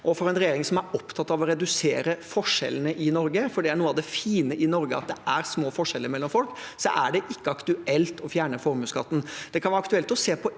for en regjering som er opptatt av å redusere forskjellene i Norge – for det er noe av det fine i Norge, at det er små forskjeller mellom folk – er det ikke aktuelt å fjerne formuesskatten. Det kan være aktuelt å se på